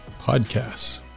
podcasts